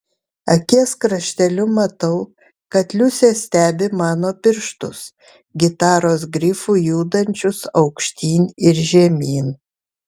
akies krašteliu matau kad liusė stebi mano pirštus gitaros grifu judančius aukštyn ir žemyn